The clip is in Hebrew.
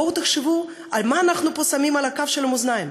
בואו תחשבו מה אנחנו שמים פה על כף המאזניים,